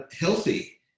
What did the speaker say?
healthy